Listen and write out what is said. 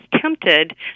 tempted